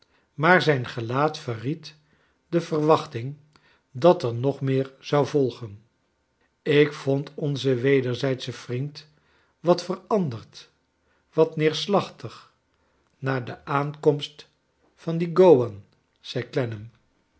maar zijn gelaat verried de verwachtig dm er nog meer zou volgen ik vond onzen wederzijdscherr vriend wat veranderd w t at neerslachtig na de aankomst van dien gowan zei